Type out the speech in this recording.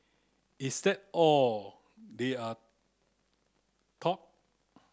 is that all they are